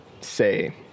say